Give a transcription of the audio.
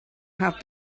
have